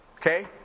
Okay